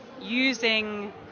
using